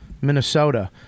Minnesota